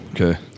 Okay